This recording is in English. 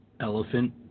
Elephant